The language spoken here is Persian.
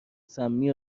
سمی